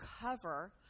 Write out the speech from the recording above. cover